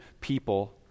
people